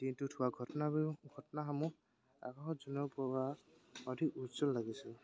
দিনটোত হোৱা ঘটনাবোৰ ঘটনাসমূহ আগৰ অধিক উজ্জ্বল লাগিছিল